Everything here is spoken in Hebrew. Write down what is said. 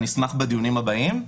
אשמח בדיונים הבאים.